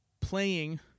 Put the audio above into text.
playing